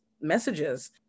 messages